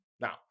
now